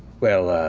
well, ah